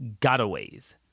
gotaways